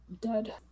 Dead